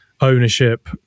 ownership